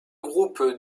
groupes